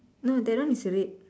no that one is red